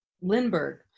Lindbergh